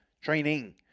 training